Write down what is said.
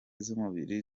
z’umubiri